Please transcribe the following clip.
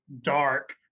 dark